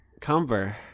cumber